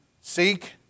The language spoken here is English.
seek